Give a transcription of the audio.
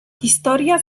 historia